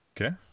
Okay